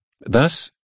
Thus